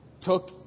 took